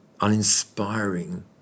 uninspiring